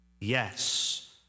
Yes